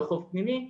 לא חוב פנימי,